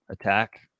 attack